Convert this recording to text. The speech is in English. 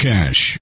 Cash